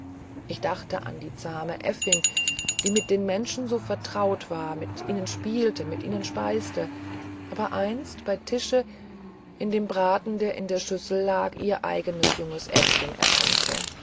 ich dachte an die zahme äffin die mit den menschen so vertraut war mit ihnen spielte mit ihnen speiste aber einst bei tische in dem braten der in der schüssel lag ihr eignes junges äffchen erkannte